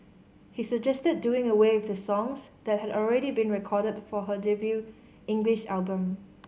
he suggested doing away with the songs that had already been recorded for her debut English album